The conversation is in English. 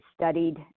studied